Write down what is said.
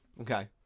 okay